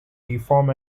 reform